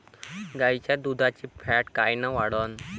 गाईच्या दुधाची फॅट कायन वाढन?